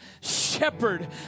shepherd